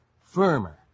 firmer